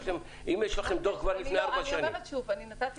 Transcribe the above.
אם יש לכם דוח כבר מלפני ארבע שנים --- אני אומרת שוב: נתתי